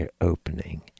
opening